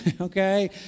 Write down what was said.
okay